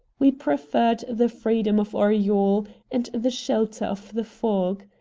we preferred the freedom of our yawl and the shelter of the fog.